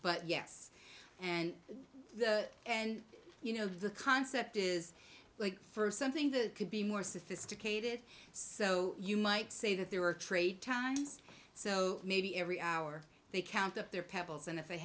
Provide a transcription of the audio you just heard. but yes and and you know the concept is like for something that could be more sophisticated so you might say that there are trade times so maybe every hour they count up their pebbles and if they